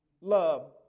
love